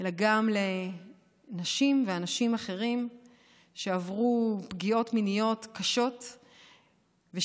אלא גם לנשים ואנשים אחרים שעברו פגיעות מיניות קשות ושתקו.